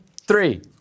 three